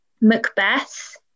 Macbeth